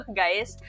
guys